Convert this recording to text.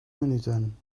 minuten